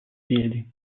piedi